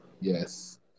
Yes